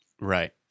right